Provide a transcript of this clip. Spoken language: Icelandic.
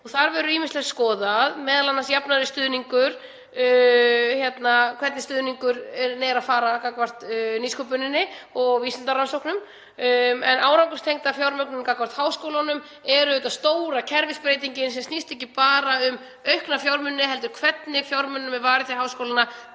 Þar verður ýmislegt skoðað, m.a. jafnari stuðningur, hvert stuðningur fer gagnvart nýsköpuninni og vísindarannsóknum. En árangurstengda fjármögnunin gagnvart háskólunum er auðvitað stóra kerfisbreytingin. Hún snýst ekki bara um aukna fjármuni heldur hvernig fjármunum er varið til háskólanna,